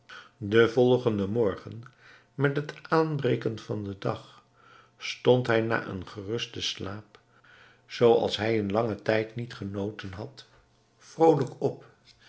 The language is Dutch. den volgenden morgen met het aanbreken van den dag stond hij na een gerusten slaap zooals hij in langen tijd niet genoten had vrolijk op